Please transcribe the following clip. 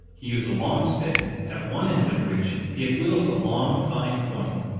he used a long stick at one end of which he had whittled a long, fine point.